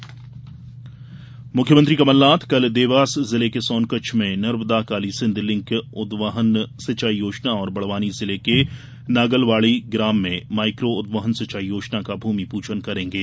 Narmada Kalisindh link योजना मुख्यमंत्री कमलनाथ कल देवास जिले के सोनकच्छ में नर्मदा कालीसिंध लिंक उद्वहन सिंचाई योजना और बड़वानी जिले के नागलवाड़ी ग्राम में माईक्रो उद्वहन सिंचाई योजना का भूमि पूजन करेंगे